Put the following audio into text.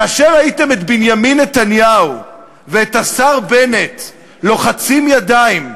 כאשר ראיתם את בנימין נתניהו ואת השר בנט לוחצים ידיים,